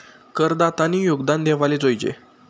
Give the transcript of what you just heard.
करदातानी योगदान देवाले जोयजे